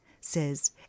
says